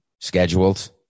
Scheduled